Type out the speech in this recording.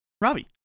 Robbie